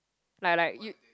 like like you